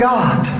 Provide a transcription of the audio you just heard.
God